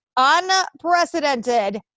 unprecedented